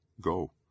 Go